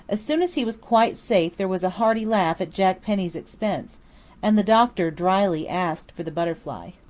as soon as he was quite safe there was a hearty laugh at jack penny's expense and the doctor drily asked for the butterfly.